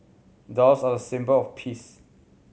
doves are a symbol of peace